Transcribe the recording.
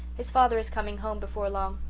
his father is coming home before long.